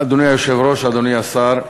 אדוני היושב-ראש, אדוני השר,